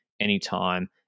anytime